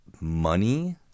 money